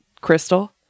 crystal